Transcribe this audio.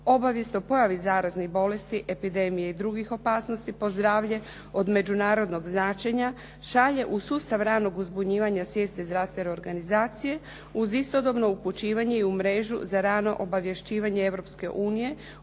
obavijest o pojavi zaraznih bolesti, epidemije i drugih opasnosti po zdravlje od međunarodnog značenja šalje u sustav ranog uzbunjivanja Svjetske zdravstvene organizacije uz istodobno upućivanje i u mrežu za rano obavješćivanje